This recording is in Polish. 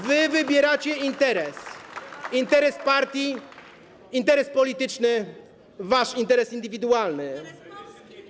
Wy wybieracie interes - interes partii, interes polityczny, wasz interes indywidualny.